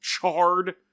charred